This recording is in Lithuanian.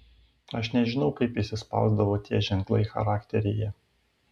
aš nežinau kaip įsispausdavo tie ženklai charakteryje